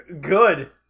good